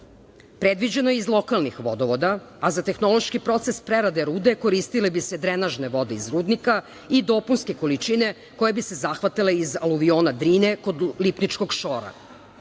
predviđeno je iz lokalnih vodovoda, a za tehnološki proces prerade rude koristile bi se drenažne vode iz rudnika i dopunske količine koje bi se zahvatale iz aluvijona Drine kod Lipničkog